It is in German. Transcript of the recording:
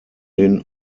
den